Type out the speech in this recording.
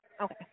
Okay